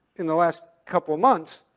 in the last couple of months,